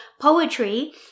poetry